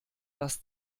dass